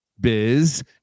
Biz